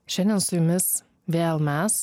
šiandien su jumis vėl mes